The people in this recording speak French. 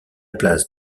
place